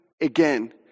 again